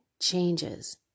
changes